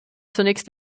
zunächst